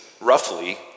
roughly